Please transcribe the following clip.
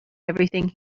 everything